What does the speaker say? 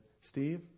Steve